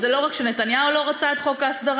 לא רק נתניהו לא רצה את חוק ההסדרה,